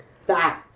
Stop